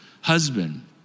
husband